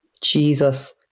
Jesus